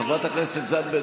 חברת הכנסת זנדברג,